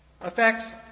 affects